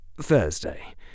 Thursday